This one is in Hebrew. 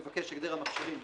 מבקש הגדר המכשירים,